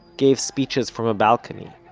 gave speeches from a balcony.